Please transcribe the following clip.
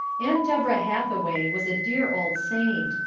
aunt deborah hathaway was a dear old saint.